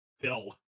Bill